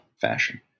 fashion